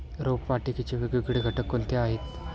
रोपवाटिकेचे वेगवेगळे घटक कोणते आहेत?